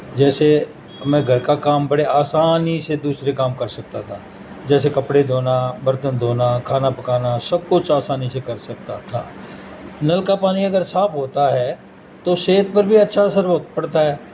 جیسے میں گھر کا کام بڑے آسانی سے دوسرے کام کر سکتا تھا جیسے کپڑے دھونا برتن دھونا کھانا پکانا سب کچھ آسانی سے کر سکتا تھا نل کا پانی اگر صاف ہوتا ہے تو صحت پر بھی اچھا اثر ہو پڑتا ہے